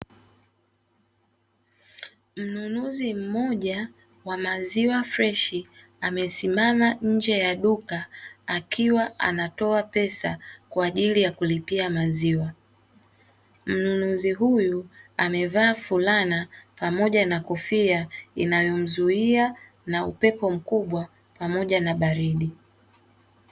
Mnunuzi mmoja wa maziwa freshi amesimama nje ya duka akiwa anatoa pesa kwa ajili ya kulipia maziwa. Mnunuzi huyu amevaa fulana pamoja na kofia inayomzuia na upepo mkubwa pamoja na baridi.